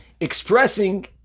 expressing